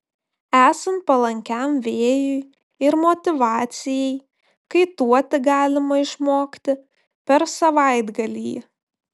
esant palankiam vėjui ir motyvacijai kaituoti galima išmokti per savaitgalį